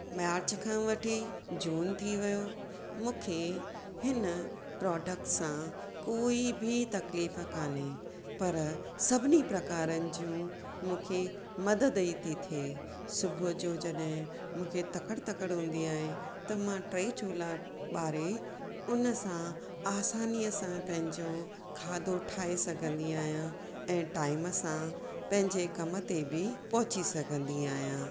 मार्च खां वठी जून थी वियो मूंखे हिन प्रोडक्ट सां कोई बि तकलीफ़ कोन्हे पर सभिनी प्रकारनि जूं मूंखे मददु ई थी थिए सुबुह जो जॾहिं मूंखे तकड़ि तकड़ि हूंदी आहे त मां टे इ चूल्हा ॿारे उन सां आसानीअ सां पंहिंजो खाधो ठाहे सघंदी आहियां ऐं टाइम सां पंहिंजे कमु ते बि पहुची सघंदी आहियां